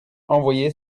envoyer